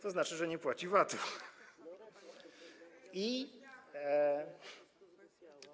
To znaczy, że nie płaci VAT-u.